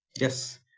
Yes